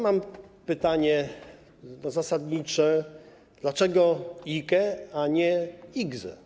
Mam pytanie zasadnicze: Dlaczego IKE, a nie IKZE?